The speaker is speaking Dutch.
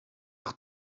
nog